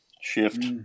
shift